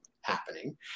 happening